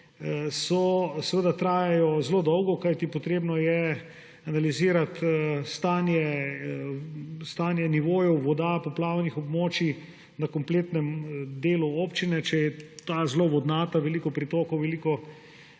seveda trajajo zelo dolgo, kajti treba je analizirati stanje nivojev voda poplavnih območij na kompletnem delu občine. Če je ta zelo vodnata, veliko pritokov, veliko